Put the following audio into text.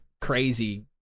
crazy